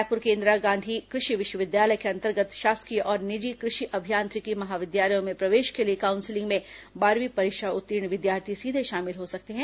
रायपुर के इंदिरा गांधी कृषि विश्वविद्यालय के अंतर्गत शासकीय और निजी कृषि अभियांत्रिकी महाविद्यालयों में प्रवेश के लिए काउंसलिंग में बारहवीं परीक्षा उत्तीर्ण विद्यार्थी सीधे शामिल हो सकते हैं